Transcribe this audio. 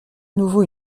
nouveau